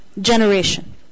generation